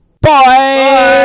Bye